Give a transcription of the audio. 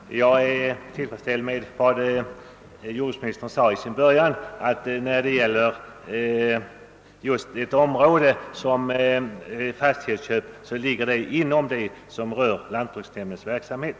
Herr talman! Jag är tillfredsställd med vad jordbruksministern sade i början av sitt inlägg, nämligen att ärenden som fastighetsköp ligger inom området för lantbruksnämnds verksamhet.